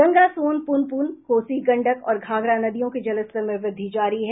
गंगा सोन पुनपुन कोसी गंडक और घाघरा नदियों के जलस्तर में वृद्धि जारी है